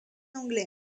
anglais